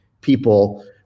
people